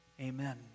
Amen